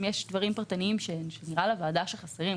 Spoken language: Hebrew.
אם יש דברים פרטניים שנראה לוועדה שחסרים,